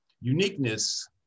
uniqueness